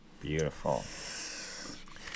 Beautiful